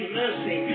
mercy